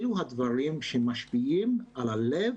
אלו הדברים שמשפיעים על הלב,